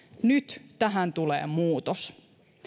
nyt tähän tulee muutos